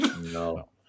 no